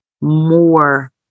more